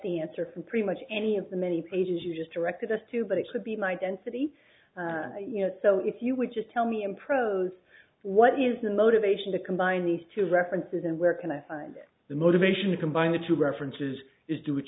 the answer from pretty much any of the many pages you just directed us to but it could be my density you know so if you would just tell me in prose what is the motivation to combine these two references and where can i find the motivation to combine the two references is do